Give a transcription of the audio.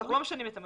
לא משנים את המצב.